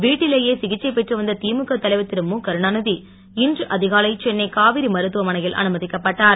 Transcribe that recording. வீட்டிலேயே சிகிச்சை பெற்று வந்த திமுக தலைவர் திருமுகருணாந்தி இன்று அதிகாலை சென்னை காவிரி மருத்துவமனையில் அனுமதிக்கப்பட்டார்